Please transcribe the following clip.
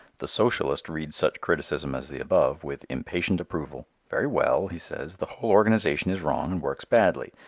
the socialist reads such criticism as the above with impatient approval. very well, he says, the whole organization is wrong and works badly.